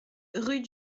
rue